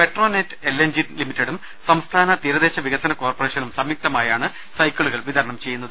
Petronet L N G ലിമിറ്റഡും സംസ്ഥാന തീരദേശ വികസന കോർപറേഷനും സംയുക്തമായാണ് സൈക്കിളുകൾ വിതരണം ചെയ്യുന്നത്